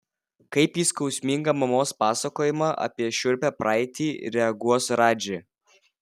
kaip į skausmingą mamos pasakojimą apie šiurpią praeitį reaguos radži